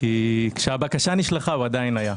כי כשהבקשה נשלחה הוא עדיין היה.